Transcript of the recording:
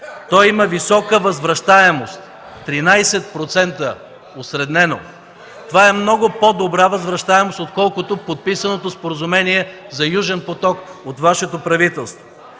Той има висока възвращаемост – 13%, осреднено. Това е много по-добра възвращаемост отколкото подписаното споразумение за „Южен поток” от Вашето правителство.